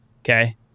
okay